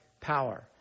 power